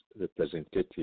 representative